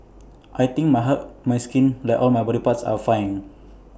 I think my heart my skin like all my body parts are fine